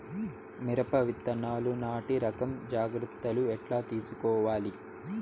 మిరప విత్తనాలు నాటి రకం జాగ్రత్తలు ఎట్లా తీసుకోవాలి?